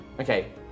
Okay